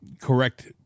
correct